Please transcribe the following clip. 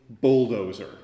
bulldozer